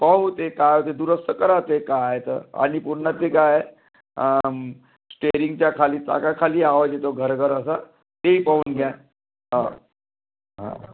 पाहू ते काय होते दुरुस्त करा ते काय तर आणि पुन्हा ते काय अं स्टेरिंगच्या खाली चाकाखाली आवाज येतो घरघर असा तेही पाहून घ्या